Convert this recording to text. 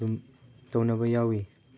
ꯑꯗꯨꯝ ꯇꯧꯅꯕ ꯌꯥꯎꯏ